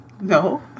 No